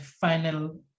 final